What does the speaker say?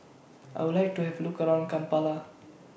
I Would like to Have Look around Kampala